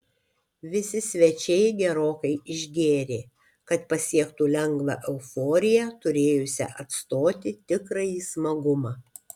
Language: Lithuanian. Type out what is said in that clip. visi svečiai gerokai išgėrė kad pasiektų lengvą euforiją turėjusią atstoti tikrąjį smagumą